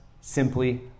simply